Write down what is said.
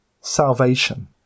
salvation